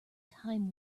time